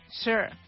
Sure